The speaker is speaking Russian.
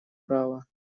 права